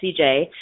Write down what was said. CJ